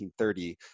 1930